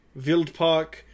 Wildpark